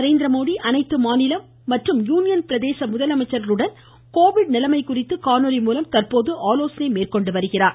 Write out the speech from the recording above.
நரேந்திரமோடி அனைத்து மாநில மற்றும் யூனியன் பிரதேச முதலமைச்சர்களுடன் கோவிட் நிலைமைக் குறித்து காணொலி மூலம் தற்போது ஆலோசனை மேற்கொண்டு வருகிறார்